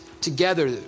together